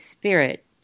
Spirit